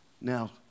now